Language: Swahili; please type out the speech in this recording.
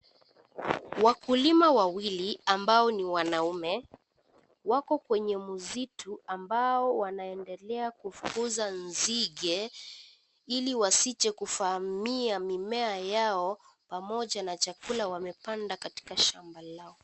Wakulima wawili ambao ni wanaume wako kwenye msitu ambao wanaendelea kufukuza nzige ili wasije kuvamia mimea yao pamoja na chakula wamepanda katika shamba lao.